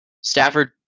Stafford